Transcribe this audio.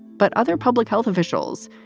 but other public health officials,